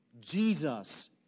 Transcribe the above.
Jesus